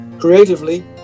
creatively